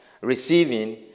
receiving